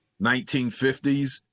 1950s